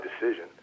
decision